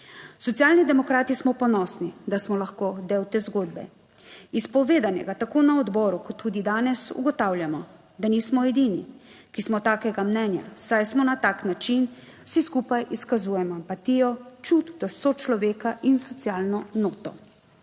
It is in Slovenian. Socialni demokrati smo ponosni, da smo lahko del te zgodbe. Iz povedanega, tako na odboru kot tudi danes ugotavljamo, da nismo edini, ki smo takega mnenja, saj na tak način vsi skupaj izkazujemo empatijo, čut do sočloveka in socialno noto.